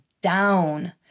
down